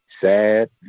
Sad